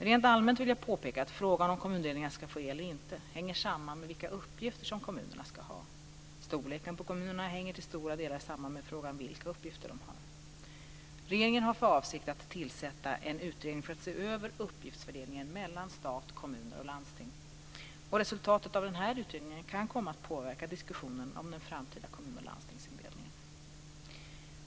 Rent allmänt vill jag påpeka att frågan om kommundelningar ska ske eller inte hänger samman med vilka uppgifter som kommunerna ska ha. Storleken på kommunerna hänger till stora delar samman med frågan vilka uppgifter de har. Regeringen har för avsikt att tillsätta en utredning för att se över uppgiftsfördelningen mellan stat, kommuner och landsting. Resultatet av denna utredning kan komma att påverka diskussionen om den framtida kommun och landstingsindelningen.